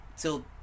till